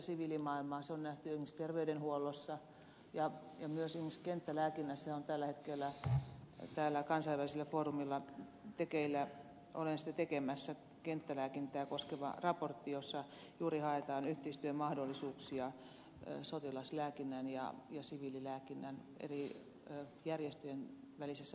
se on nähty esimerkiksi terveydenhuollossa ja myös esimerkiksi kenttälääkinnässä on tällä hetkellä kansainvälisellä foorumilla tekeillä olen sitä tekemässä kenttälääkintää koskeva raportti jossa juuri haetaan yhteistyömahdollisuuksia sotilaslääkinnän ja siviililääkinnän eri järjestöjen välisessä yhteistyössä